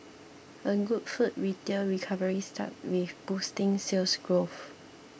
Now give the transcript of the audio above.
a good food retail recovery starts with boosting Sales Growth